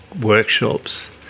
workshops